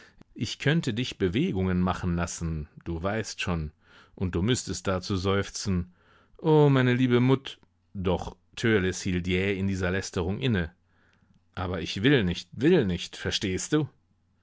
ich könnte dich bewegungen machen lassen du weißt schon und du müßtest dazu seufzen o meine liebe mut doch törleß hielt jäh in dieser lästerung inne aber ich will nicht will nicht verstehst du